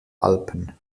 alpen